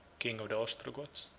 king of the ostrogoths.